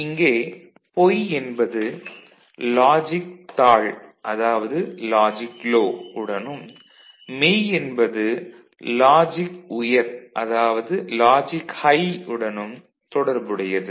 இங்கே பொய் என்பது லாஜிக் தாழ் அதாவது logic low Logic LOW L உடனும் மெய் என்பது ம லாஜிக் உயர் அதாவது logic high Logic HIGH H உடனும் தொடர்புடையது